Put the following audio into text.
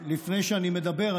לפני שאני מדבר,